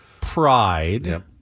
Pride